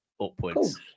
upwards